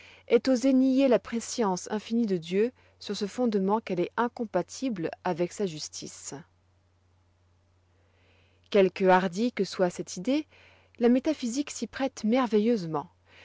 aient osé nier la prescience infinie de dieu sur ce fondement qu'elle est incompatible avec sa justice quelque hardie que soit cette idée la métaphysique s'y prête merveilleusement